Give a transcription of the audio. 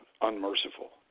unmerciful